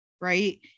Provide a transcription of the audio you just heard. right